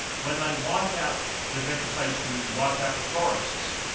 when they wipe out the vegetation and wipe out the forests,